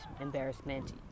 embarrassment